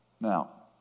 Now